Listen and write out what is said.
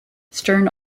stern